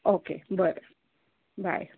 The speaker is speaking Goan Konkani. ओके बरे बाय